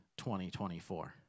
2024